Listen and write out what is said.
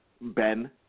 Ben